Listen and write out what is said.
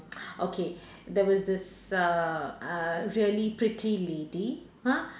okay there was this err uh really pretty lady !huh!